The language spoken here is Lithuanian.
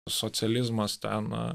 socializmas ten